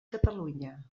catalunya